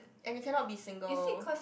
and you cannot be single